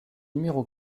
numéro